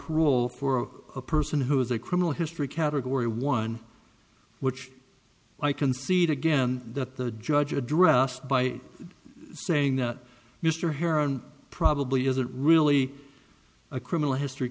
parole for a person who has a criminal history category one which i concede again that the judge addressed by saying that mr heron probably isn't really a criminal history